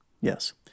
yes